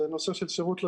זה נושא של שירות לציבור.